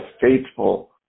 faithful